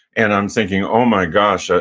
and i'm thinking, oh, my gosh. ah